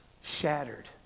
shattered